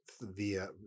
via